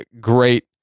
great